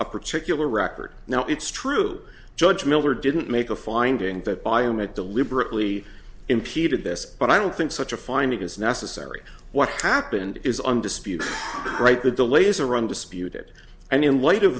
a particular record now it's true judge miller didn't make a finding that biomed deliberately impeded this but i don't think such a finding is necessary what happened is undisputed right that the laser undisputed and in light of